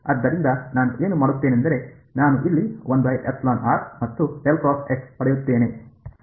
ಆದ್ದರಿಂದ ನಾನು ಏನು ಮಾಡುತ್ತೇನೆಂದರೆ ನಾನು ಇಲ್ಲಿ ಮತ್ತು ಪಡೆಯುತ್ತೇನೆ